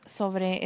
sobre